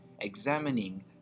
Examining